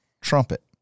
trumpet